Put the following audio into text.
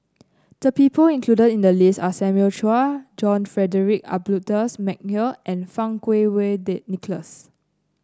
the people included in the list are Simon Chua John Frederick Adolphus McNair and Fang Kuo Wei Nicholas